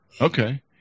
Okay